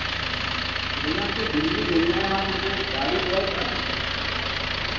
तो भैया हमको दिल्ली घूमना है आप हमको गाड़ी प्रोवाइड करा सकते हैं